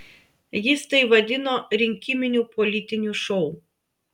jis tai vadino rinkiminiu politiniu šou